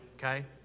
okay